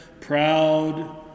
proud